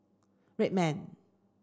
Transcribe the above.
Red Man